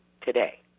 today